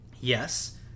Yes